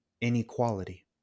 inequality